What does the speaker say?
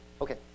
Okay